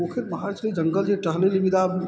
पोखरि महार छै जङ्गल जे टहलय लए विदा भेलहुँ